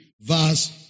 Verse